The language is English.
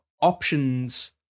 options